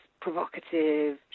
provocative